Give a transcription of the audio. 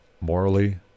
morally